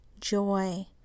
Joy